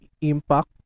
Impact